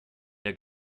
der